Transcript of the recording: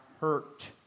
hurt